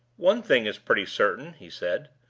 one thing is pretty certain, he said.